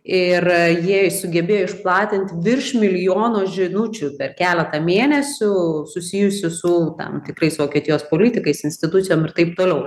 ir jie sugebėjo išplatint virš milijono žinučių per keletą mėnesių susijusių su tam tikrais vokietijos politikais institucijom ir taip toliau